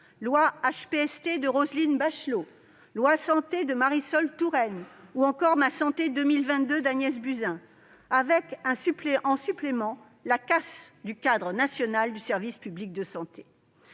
loi HPST de Roselyne Bachelot, loi Santé de Marisol Touraine, loi Ma santé 2022 d'Agnès Buzyn -, avec en supplément la casse du cadre national du service public de santé.